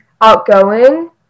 outgoing